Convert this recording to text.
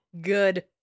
Good